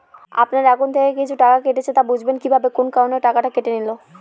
আপনার একাউন্ট থেকে কিছু টাকা কেটেছে তো বুঝবেন কিভাবে কোন কারণে টাকাটা কেটে নিল?